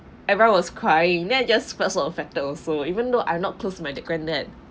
everyone was crying then I just felt so affected also even though I'm not close to my granddad